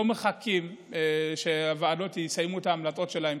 מחכים שהוועדות יסיימו את ההמלצות שלהן.